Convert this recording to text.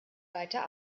weiter